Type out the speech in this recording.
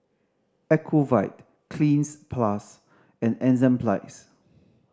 Ocuvite Cleanz Plus and Enzyplex